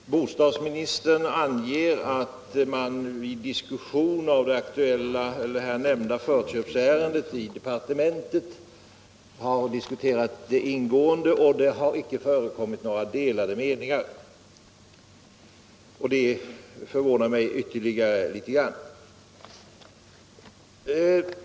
Herr talman! Bostadsministern säger att man diskuterat det här nämnda förköpsärendet ingående i departementet och att det inte förekommit några delade meningar. Detta förvånar mig ytterligare.